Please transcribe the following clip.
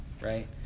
right